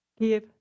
Give